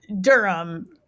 durham